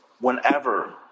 whenever